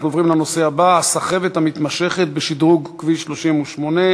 אנחנו עוברים לנושא הבא: הסחבת המתמשכת בשדרוג כביש 38,